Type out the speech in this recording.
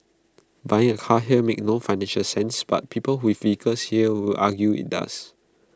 buying A car here makes no financial sense but people with vehicles here will argue IT does